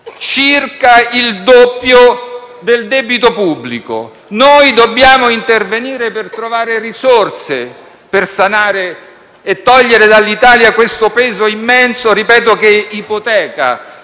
circa il doppio del debito pubblico. Dobbiamo intervenire per trovare risorse, per sanare e togliere dall'Italia questo peso immenso che -